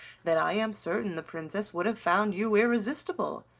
that i am certain the princess would have found you irresistible.